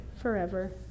forever